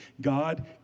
God